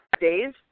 days